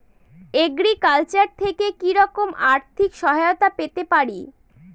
Agriculture থেকে কি রকম আর্থিক সহায়তা পেতে পারি?